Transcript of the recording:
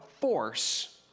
force